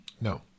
No